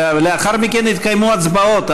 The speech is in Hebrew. לאחר מכן יתקיימו הצבעות.